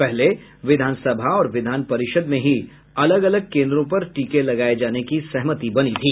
पहले विधान सभा और विधान परिषद में ही अलग अलग केन्द्रों पर टीके लगाये जाने की सहमति बनी थी